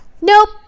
Nope